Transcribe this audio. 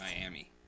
Miami